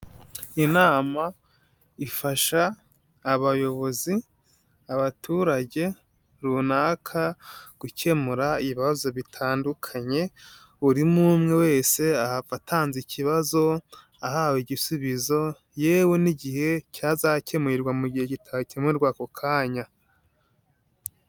Inama ifasha abayobozi, abaturage runaka gukemura ibibazo bitandukanye, buri umwe umwe wese ahava atanze ikibazo, ahawe igisubizo, yewe n'igihe cyazakemurwa mu gihe kitakemurwa ako kanya.